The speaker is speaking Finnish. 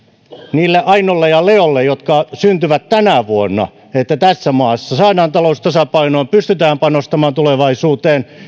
niille ainoille ja leoille jotka syntyvät tänä vuonna että tässä maassa saadaan talous tasapainoon pystytään panostamaan tulevaisuuteen